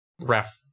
ref